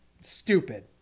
Stupid